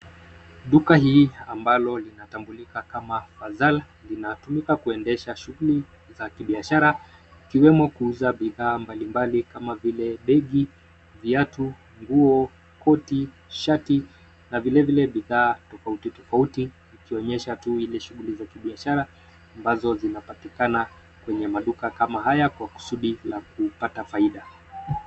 Duka hili ambalo linatambulika kama (cs) fazal (cs) linatumika kuendesha shughuli za kibiashara ikiwemo kuuza bidhaa mbalimbali kama vile begi, viatu, nguo, koti, shati na vile vile bidhaa tofauti tofauti ikionyesha tu shughuli za kibiashara ambazo zinapatikana kwenye maduka kama haya kwa kusudi la kupata faida.